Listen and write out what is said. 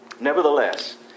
Nevertheless